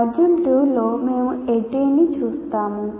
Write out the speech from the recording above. module 2 లో మేము ADDIE ని చూస్తాము